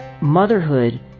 motherhood